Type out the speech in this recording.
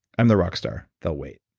i'm the rock star. they'll wait.